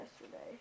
yesterday